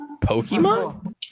Pokemon